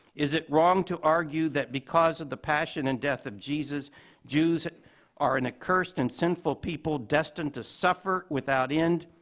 is it wrong to argue that because of the passion and death of jesus jews are an accursed and sinful people destined to suffer without end?